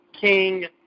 King